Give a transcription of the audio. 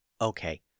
okay